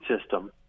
system